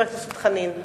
חבר הכנסת חנין.